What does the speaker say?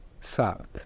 south